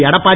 Edappadi